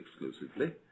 exclusively